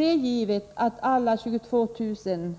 Det är givet att alla 22 000 kanske